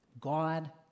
God